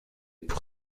pour